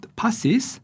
passes